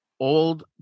old